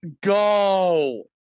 go